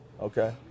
Okay